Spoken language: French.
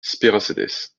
spéracèdes